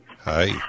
Hi